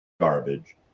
garbage